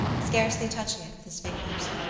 scarcely touching it with his fingers.